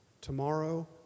tomorrow